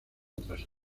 tras